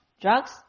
drugs